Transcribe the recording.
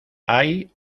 hay